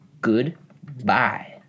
Goodbye